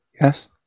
Yes